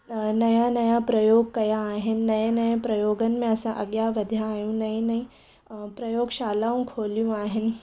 नया नया प्रयोग कया आहिनि नएं नएं प्रयोगनि में असां अॻियां वधिया आहियूं नईं नईं प्रयोग शालाऊं खोलियूं आहिनि